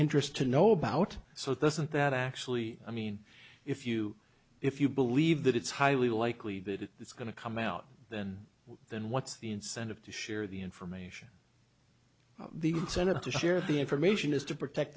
interest to know about so it doesn't that actually i mean if you if you believe that it's highly likely that it's going to come out then then what's the incentive to share the information the incentive to share the information is to protect